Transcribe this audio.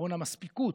עיקרון המספיקות,